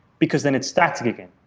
because then it's static again.